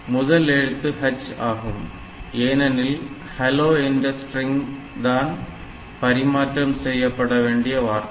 முதல் எழுத்து H ஆகும் ஏனெனில் hello என்ற ஸ்ட்ரிங் தான் பரிமாற்றம் செய்யப்படவேண்டிய வார்த்தை